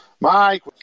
Mike